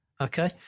Okay